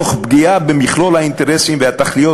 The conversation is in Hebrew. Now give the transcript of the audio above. תוך פגיעה במכלול האינטרסים והתכליות